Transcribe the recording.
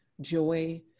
joy